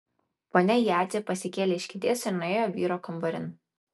ponia jadzė pasikėlė iš kėdės ir nuėjo vyro kambarin